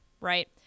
right